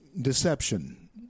deception